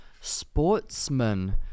Sportsman